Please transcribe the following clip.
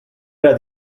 era